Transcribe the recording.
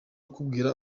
ukubwira